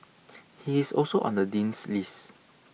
he is also on the Dean's list